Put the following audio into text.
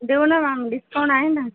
देऊ ना ma'am discount आहे ना